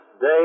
day